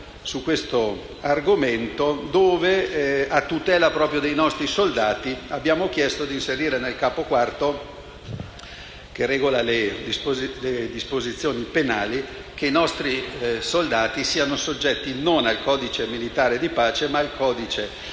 su questo argomento laddove, proprio a tutela dei nostri soldati, ha chiesto di inserire nel capo IV, che regola le disposizioni penali, che i nostri soldati siano soggetti non al codice penale militare di pace, ma al codice militare